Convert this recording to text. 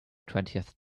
twentieth